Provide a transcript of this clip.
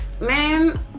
man